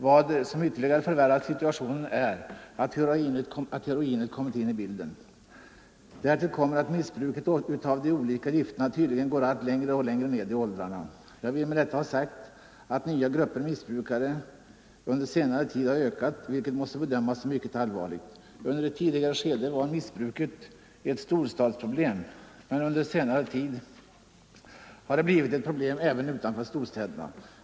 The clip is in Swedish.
Vad som ytterligare förvärrar situationen är som sagt att heroinet kommit in i bilden. Därtill kommer att missbruket av de olika gifterna tydligen går allt längre ner i åldrarna. Jag vill med detta ha sagt att antalet nya grupper av missbrukare under senare tid har ökat, vilket måste bedömas som mycket allvarligt. Under ett tidigare skede var missbruket ett storstadsproblem, men under senare tid har det blivit ett problem även utanför storstäderna.